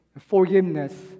forgiveness